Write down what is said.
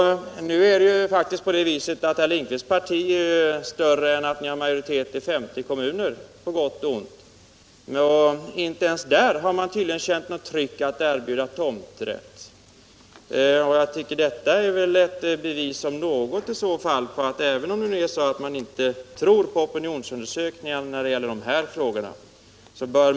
Det är faktiskt på det viset att herr Lindkvists parti är större än att ni har majoritet i bara 50 kommuner — på gott och ont. Inte ens i de kommuner där ni har majoritet har man tydligen känt något tryck att erbjuda tomträtt. Man bör väl ta detta ad notam — även om man inte tror på opinionsundersökningar när det gäller de här frågorna.